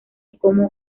como